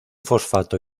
fosfato